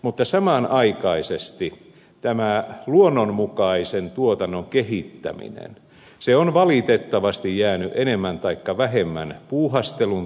mutta samanaikaisesti tämä luonnonmukaisen tuotannon kehittäminen on valitettavasti jäänyt enemmän taikka vähemmän puuhastelun tasolle